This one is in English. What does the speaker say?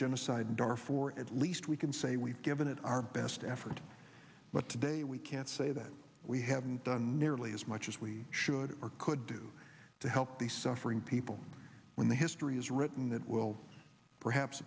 genocide or for at least we can say we've given it our best effort but today we can't say that we haven't done nearly as much as we should or could do to help the suffering people when the history is written that will perhaps